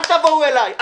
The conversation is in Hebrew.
אל תבואו אליי.